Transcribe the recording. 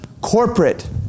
corporate